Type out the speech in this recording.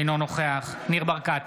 אינו נוכח ניר ברקת,